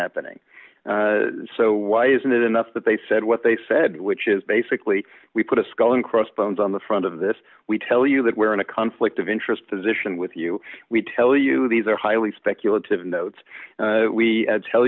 happening so why isn't it enough that they said what they said which is basically we put a skull and crossbones on the front of this we tell you that we're in a conflict of interest position with you we tell you these are highly speculative notes we tell